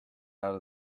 out